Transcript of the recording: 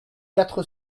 quatre